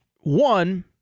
one